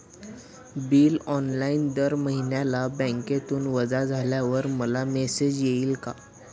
Bill online दर महिन्याला बँकेतून वजा झाल्यावर मला मेसेज येईल का?